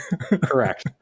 correct